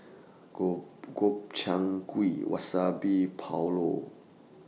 Gobchang Gui Wasabi Pulao